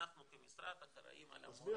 זאת אומרת שאנחנו כמשרד אחראים על המורים ועל השעות.